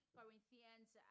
Corinthians